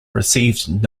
received